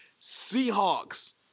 Seahawks